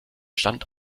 stand